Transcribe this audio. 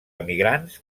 emigrants